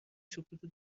سکوتو